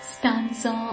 Stanza